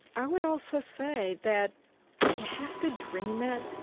i would also say that you have to dream it